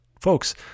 folks